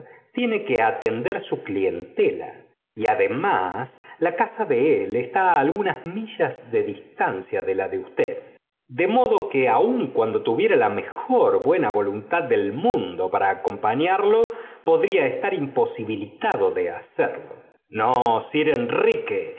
tiene que atender su clientela y además la casa de él está á algunas millas de distancia de la de usted de modo que aun cuando tuviera la mejor buena voluntad del mundo para acompañarlo podría estar imposibilitado para hacerlo no sir enrique